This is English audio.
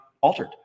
altered